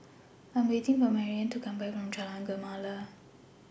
I Am waiting For Marianne to Come Back from Jalan Gemala